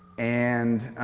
and